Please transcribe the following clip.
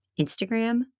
Instagram